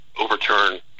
overturn